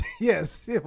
yes